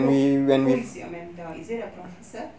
who who is your mentor is it a professor